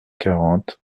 quarante